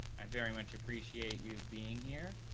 i very much appreciate you being here.